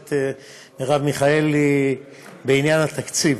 הכנסת מרב מיכאלי בעניין התקציב.